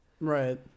Right